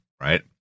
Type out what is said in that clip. right